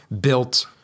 built